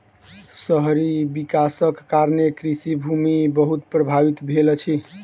शहरी विकासक कारणें कृषि भूमि बहुत प्रभावित भेल अछि